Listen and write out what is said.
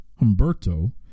Humberto